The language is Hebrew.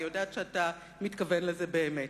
אני יודעת שאתה מתכוון לזה באמת.